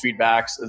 feedbacks